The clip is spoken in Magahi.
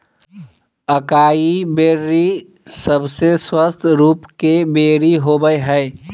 अकाई बेर्री सबसे स्वस्थ रूप के बेरी होबय हइ